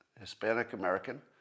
Hispanic-American